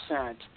percent